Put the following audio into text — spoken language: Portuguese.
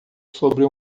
sobre